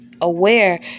aware